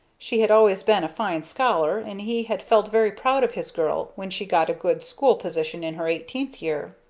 she had always been a fine scholar and he had felt very proud of his girl when she got a good school position in her eighteenth year.